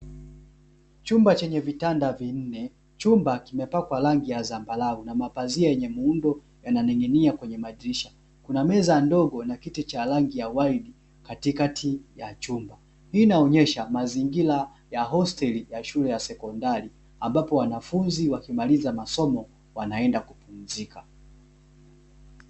Chumba chenye vitanda vinne, chumba kimepakwa rangi ya dhambarau na mapazia yenye muundo yananing'inia kwenye madirisha kuna meza ndogo na meza ya rangi ya waini katikati ya chumba, hii inaonyesha mazingira ya hosteli ya shule ya sekondari ambapo wanafunzi wakimaliza masomo wanaenda kupumzika.